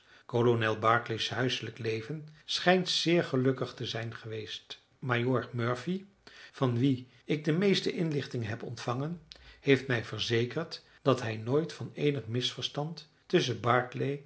kolonel barclay's huiselijk leven schijnt zeer gelukkig te zijn geweest majoor murphy van wien ik de meeste inlichtingen heb ontvangen heeft mij verzekerd dat hij nooit van eenig misverstand tusschen barclay